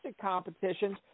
competitions